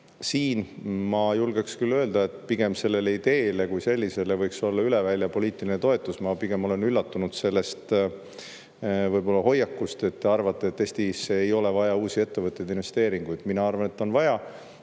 ma julgeksin küll öelda, et pigem sellele ideele kui sellisele võiks olla üle välja poliitiline toetus. Ma pigem olen üllatunud sellest võib-olla hoiakust, et te arvate, et Eestis ei ole vaja uusi ettevõtteid, investeeringuid. Mina arvan, et on vaja.